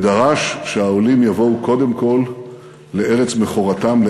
ודרש שהעולים יבואו קודם כול לארץ מכורתם,